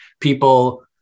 people